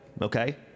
Okay